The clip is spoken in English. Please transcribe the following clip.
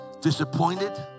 disappointed